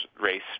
race